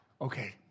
Okay